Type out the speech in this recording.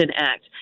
Act